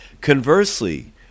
Conversely